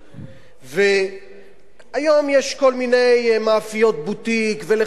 היום יש כל מיני מאפיות בוטיק ולחמים מכל מיני סוגים.